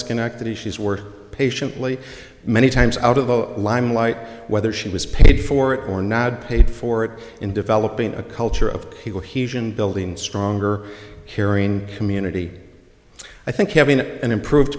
schenectady she's worth patiently many times out of the limelight whether she was paid for it or not paid for it in developing a culture of people huge and building stronger caring community i think having an improved